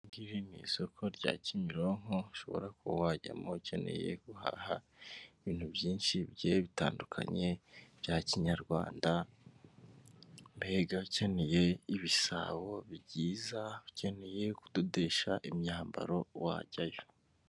Mu isoko rya Kimironko ushobora kuba wajyamo ukeneye guhaha ibintu byinshi bitandukanye bya kinyarwanda mbega ukeneye ibisabo byiza, ukeneye kududesha imyambaro wajyayo.